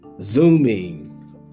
Zooming